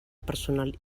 personal